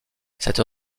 cette